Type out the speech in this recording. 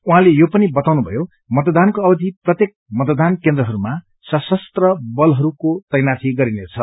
उहाँले यो पनि बताउनु भयो मतदानको अवधि प्रत्येक मतदान केन्द्रहरूमा सशस्त्र बलहरूको तैनाथी गरीनेछ